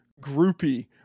Groupie